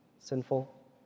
Sinful